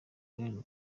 madrid